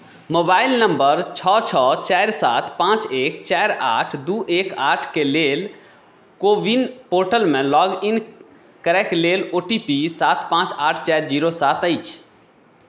mobile number छओ छओ चारि सात पाँच एक चारि आठ दू एक आठके लेल को विन पोर्टलमे लॉगइन करैक लेल ओ टी पी सात पाँच आठ चारि जीरो सात अछि